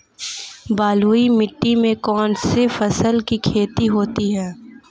बलुई मिट्टी में कौनसी फसल की खेती होती है?